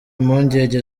impungenge